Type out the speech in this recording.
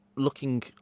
Looking